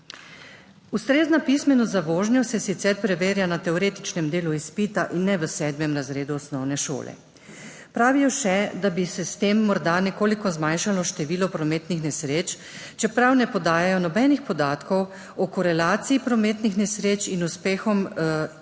Ustrezna pismenost za vožnjo se sicer preverja na teoretičnem delu izpita in ne v sedmem razredu osnovne šole. Pravijo še, da bi se s tem morda nekoliko zmanjšalo število prometnih nesreč, čeprav ne podajajo nobenih podatkov o korelaciji prometnih nesreč in z uspehom